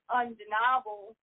undeniable